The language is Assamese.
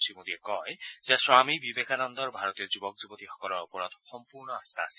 শ্ৰীমোদীয়ে কয় যে স্বামী বিবেকানন্দৰ ভাৰতীয় যুৱক যুৱতীসকলৰ ওপৰত সম্পৰ্ণ আস্থা আছিল